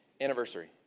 anniversary